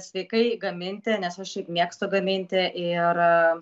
sveikai gaminti nes aš šiaip mėgstu gaminti ir